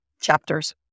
chapters